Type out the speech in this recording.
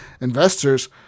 investors